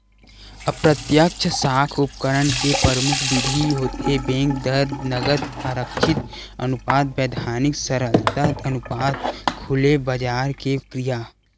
अप्रत्यक्छ साख उपकरन के परमुख बिधि होथे बेंक दर, नगद आरक्छित अनुपात, बैधानिक तरलता अनुपात, खुलेबजार के क्रिया